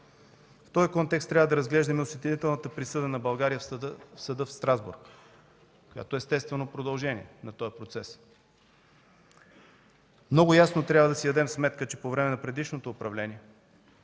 В този контекст трябва да разглеждаме осъдителната присъда на България в Съда в Страсбург, която е естествено продължение на този процес. Много ясно трябва да си дадем сметка, че по време на предишното управление